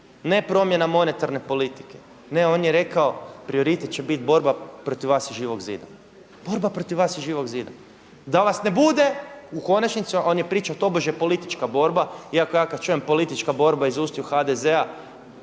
ne promjena monetarne politike, ne on je rekao prioritet će biti borba protiv vas iz Živog zida, da vas ne bude u konačnici, a on je pričao tobože politička borba. Iako ja kada čujem politička borba iz usta HDZ-a